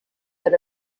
that